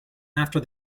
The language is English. after